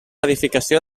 edificació